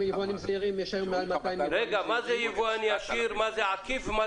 יבואנים עקיפים זה